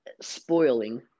spoiling